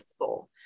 people